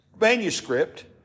manuscript